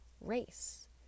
race